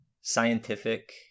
scientific